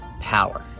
Power